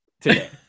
today